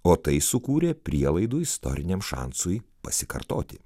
o tai sukūrė prielaidų istoriniam šansui pasikartoti